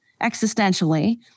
existentially